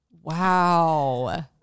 Wow